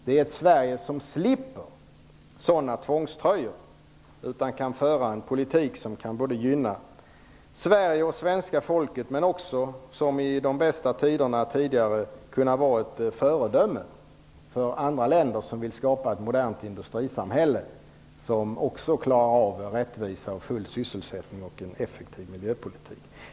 Det är ett Sverige som slipper sådana tvångströjor, utan kan föra en politik som kan gynna Sverige och svenska folket, men som också, som i de bästa tiderna, kan vara ett föredöme för andra länder som vill skapa ett modernt industrisamhälle som även klarar av rättvisa, full sysselsättning och effektiv miljöpolitik.